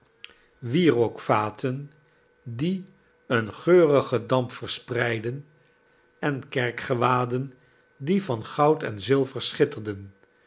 gezwaaide wierooknelly vaten die een geurigen damp verspreidden en kerkgewaden die van goud en zilver schitterden